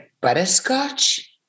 butterscotch